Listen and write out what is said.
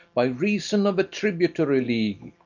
by reason of a tributary league.